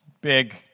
big